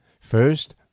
First